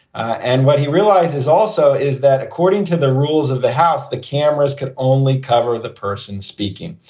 and what he realizes also is that according to the rules of the house, the cameras can only cover the person speaking.